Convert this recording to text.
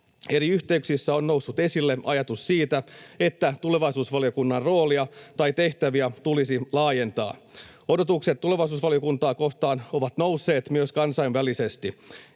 eri yhteyksissä on noussut esille ajatus siitä, että tulevaisuusvaliokunnan roolia tai tehtäviä tulisi laajentaa. Odotukset tulevaisuusvaliokuntaa kohtaan ovat nousseet myös kansainvälisesti.